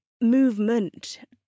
movement